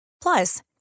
Plus